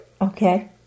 Okay